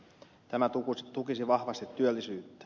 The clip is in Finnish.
tämä tukisi vahvasti työllisyyttä